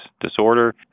disorder